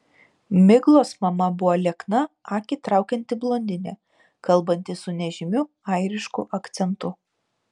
miglos mama buvo liekna akį traukianti blondinė kalbanti su nežymiu airišku akcentu